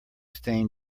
stain